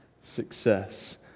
success